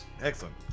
Excellent